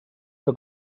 que